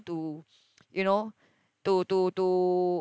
to you know to to to